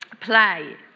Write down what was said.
play